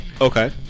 Okay